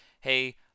hey